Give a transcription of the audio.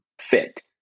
fit